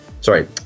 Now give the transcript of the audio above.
sorry